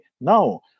No